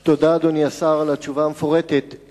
תודה, אדוני השר, על התשובה המפורטת.